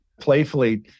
playfully